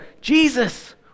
Jesus